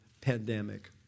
pandemic